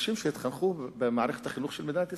אנשים שהתחנכו במערכת החינוך של מדינת ישראל.